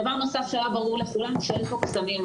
דבר נוסף שהיה ברור לכולם שאין פה קסמים.